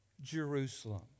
Jerusalem